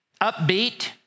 upbeat